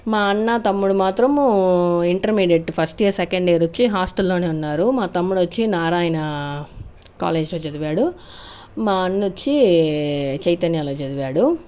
మా అన్న తమ్ముడు మాత్రము intermediate first year second year వచ్చి హాస్టల్లోనే ఉన్నారు మా తమ్ముడు వచ్చి నారాయణ కాలేజీలో చదివాడు మా అన్న వచ్చి చైతన్యలో చదివాడు